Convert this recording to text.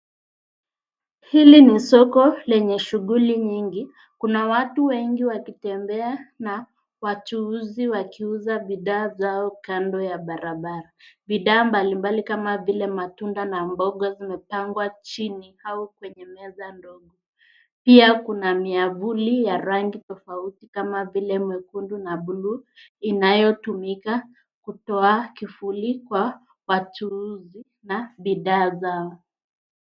Hili ni soko lenye shughuli nyingi, kuna watu wengi wakitembea na wachuuzi wakiuza bidhaa zao kando ya barabara. Bidhaa mbalimbali kama vile matunda na mboga zimepangwa chini au kwenye meza ndogo pia kuna miavuli ya rangi tofauti kama vile mwekundu na bluu inayotumika kutoa kifuli kwa wachuuzi na bidhaa zao.